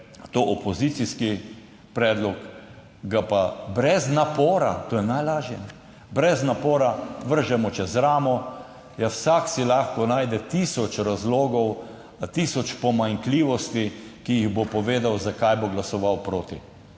to opozicijski predlog, ga pa brez napora, to je najlažje, brez napora vržemo čez ramo. Vsak si lahko najde tisoč razlogov, tisoč pomanjkljivosti, ki jih bo povedal, zakaj bo glasoval proti.